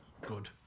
Good